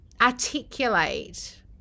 articulate